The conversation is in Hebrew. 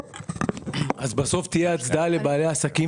אז בסוף תהיה הצדעה לבעלי העסקים